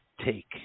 take